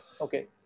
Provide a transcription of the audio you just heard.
Okay